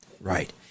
Right